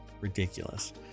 Ridiculous